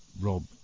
rob